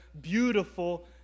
beautiful